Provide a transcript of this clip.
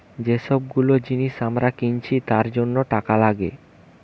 যে সব গুলো জিনিস আমরা কিনছি তার জন্য টাকা লাগে